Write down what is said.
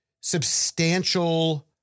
substantial